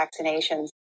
vaccinations